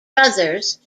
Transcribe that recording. brothers